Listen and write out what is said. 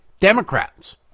Democrats